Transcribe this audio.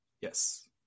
Yes